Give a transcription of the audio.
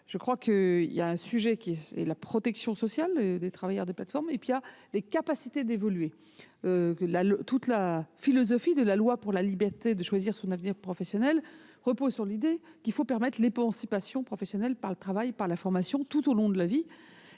côté, il y a donc le sujet de la protection sociale des travailleurs des plateformes et, de l'autre, celui des possibilités d'évolution. Toute la philosophie de la loi pour la liberté de choisir son avenir professionnel repose sur l'idée qu'il faut permettre l'émancipation professionnelle par le travail et la formation tout au long de la vie.